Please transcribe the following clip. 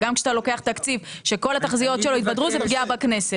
וגם כשאתה לוקח תקציב שכל התחזיות שלו התבדרו זה עובר בכנסת.